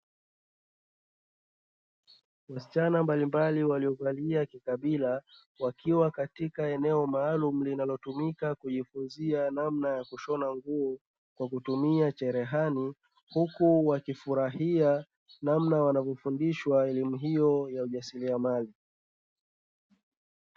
Wasichana mbalimbali waliovalia kikabila wakiwa katika eneo maalumu linalotumika kujifunzia namna ya kushona nguo kwa kutumia cherehani, huku wakifurahia namna wanavyofundishwa elimu hiyo ya ujasiriamali.